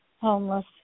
homeless